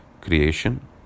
creation